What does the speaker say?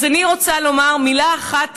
אז אני רוצה לומר מילה אחת,